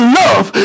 love